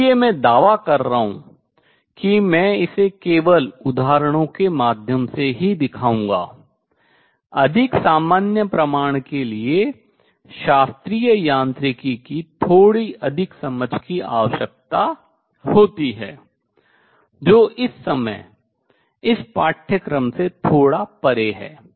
इसलिए मैं दावा कर रहा हूँ कि मैं इसे केवल उदाहरणों के माध्यम से ही दिखाऊंगा अधिक सामान्य प्रमाण के लिए शास्त्रीय यांत्रिकी की थोड़ी अधिक समझ की आवश्यकता होती है जो इस समय इस पाठ्यक्रम से थोड़ा परे है